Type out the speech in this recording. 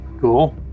Cool